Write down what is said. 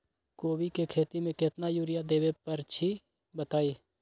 कोबी के खेती मे केतना यूरिया देबे परईछी बताई?